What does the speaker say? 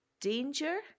danger